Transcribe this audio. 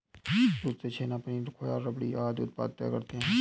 दूध से छेना, पनीर, खोआ, रबड़ी आदि उत्पाद तैयार होते हैं